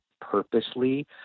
purposely